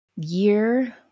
year